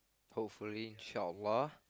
hopefully Insha Allah lah